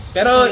Pero